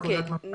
אוקיי,